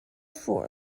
four